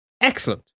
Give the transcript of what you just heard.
Excellent